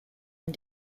and